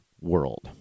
world